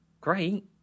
great